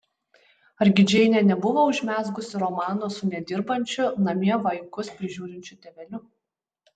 argi džeinė nebuvo užmezgusi romano su nedirbančiu namie vaikus prižiūrinčiu tėveliu